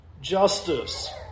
justice